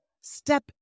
Step